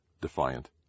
defiant